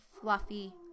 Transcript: fluffy